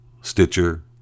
Stitcher